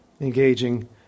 engaging